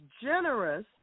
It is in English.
generous